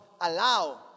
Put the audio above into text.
allow